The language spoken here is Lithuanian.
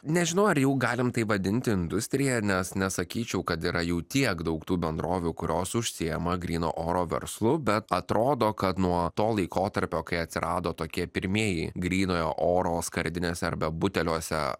nežinau ar jau galim tai vadinti industrija nes nesakyčiau kad yra jų tiek daug tų bendrovių kurios užsiima gryno oro verslu bet atrodo kad nuo to laikotarpio kai atsirado tokie pirmieji grynojo oro skardinėse arba buteliuose